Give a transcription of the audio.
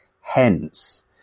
hence